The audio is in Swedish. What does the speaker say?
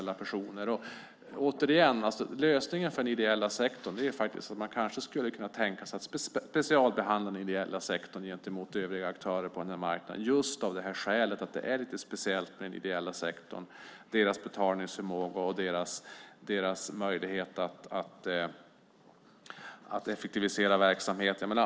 Lösningen för den ideella sektorn är faktiskt att man skulle kunna tänka sig att specialbehandla den gentemot övriga aktörer på den här marknaden just av skälet att det är lite speciellt med den ideella sektorn när det gäller deras betalningsförmåga och deras möjlighet att effektivisera verksamheten.